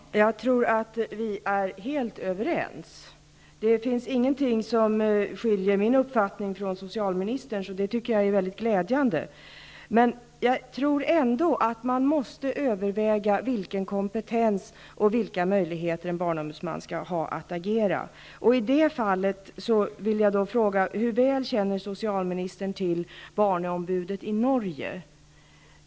Fru talman! Jag tror att socialministern och jag är helt överens. Det finns ingenting som skiljer min uppfattning från socialministerns, och det tycker jag är väldigt glädjande. Men jag tror ändå att man måste överväga vilken kompetens och vilka möjligheter en barnombudsman skall ha att agera. Med anledning av det vill jag fråga: Hur väl känner socialministern till barnombudet i Norge?